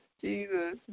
Jesus